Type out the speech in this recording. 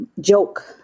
joke